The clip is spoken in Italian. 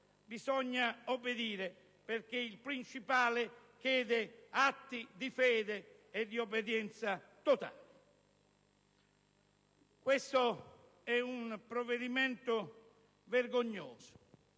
bisogna obbedire, perché il principale chiede atti di fede e di obbedienza totale! Questo è un provvedimento vergognoso,